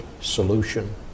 solution